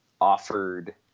offered